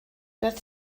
beth